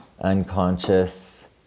unconscious